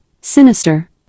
sinister